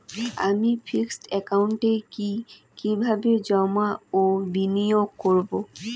আমি ফিক্সড একাউন্টে কি কিভাবে জমা ও বিনিয়োগ করব?